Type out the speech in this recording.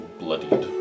bloodied